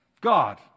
God